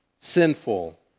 sinful